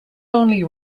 only